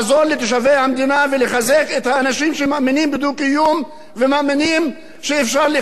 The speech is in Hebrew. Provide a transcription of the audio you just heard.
בדו-קיום ומאמינים שאפשר לחיות ביחד בשלווה ובשוויון.